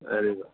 very good